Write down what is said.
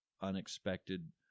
unexpected